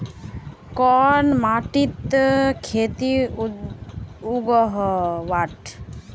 कोन माटित खेती उगोहो?